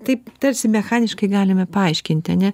taip tarsi mechaniškai galime paaiškinti ane